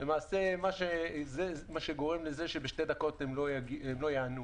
מה שגורם לזה שבשתי דקות הם לא יענו.